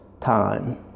time